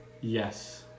Yes